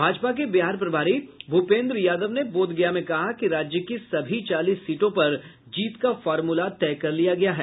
भाजपा के बिहार प्रभारी भूपेन्द्र यादव ने बोधगया में कहा कि राज्य की सभी चालीस सीटों पर जीत का फार्मूला तय कर लिया गया है